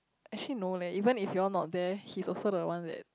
actually no leh even if you all not there he also don't want it